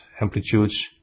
amplitudes